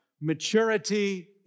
maturity